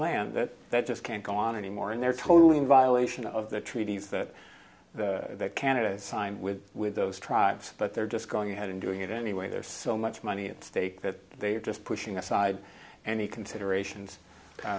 land that they just can't go on anymore and they're totally in violation of the treaties that canada signed with with those tribes but they're just going ahead and doing it anyway there's so much money at stake that they just pushing aside any considerations